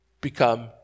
become